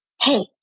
Hey